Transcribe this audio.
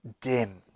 dim